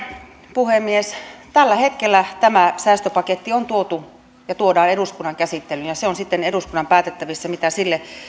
puhemies tällä hetkellä tämä säästöpaketti on tehty ja tuodaan eduskunnan käsittelyyn se on sitten eduskunnan päätettävissä mitä sille